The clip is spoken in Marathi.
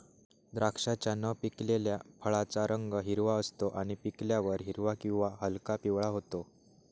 द्राक्षाच्या न पिकलेल्या फळाचा रंग हिरवा असतो आणि पिकल्यावर हिरवा किंवा हलका पिवळा होतो